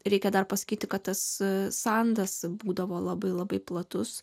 reikia dar pasakyti kad tas sandas būdavo labai labai platus